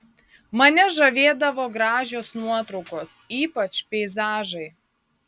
mane žavėdavo gražios nuotraukos ypač peizažai